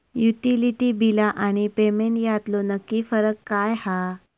Utility बिला आणि payment यातलो नक्की फरक काय हा?